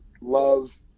loves